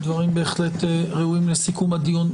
דברים בהחלט ראויים לסיכום הדיון.